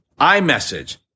iMessage